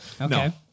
Okay